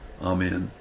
Amen